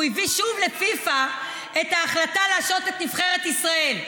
הוא הביא שוב לפיפ"א את ההחלטה להשעות את נבחרת ישראל,